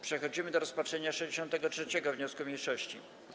Przechodzimy do rozpatrzenia 63. wniosku mniejszości.